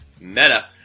Meta